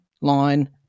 line